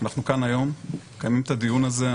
אנחנו כאן היום מקיימים את הדיון הזה.